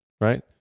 right